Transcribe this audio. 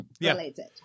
related